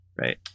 Right